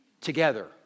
together